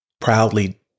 proudly